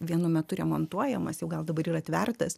vienu metu remontuojamas jau gal dabar yra atvertas